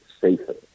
safer